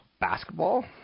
basketball